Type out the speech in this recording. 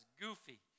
goofy